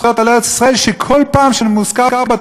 כשבכל פעם שמוזכרת בתורה שמירת שבת